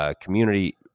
community